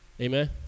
Amen